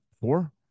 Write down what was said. Four